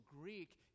greek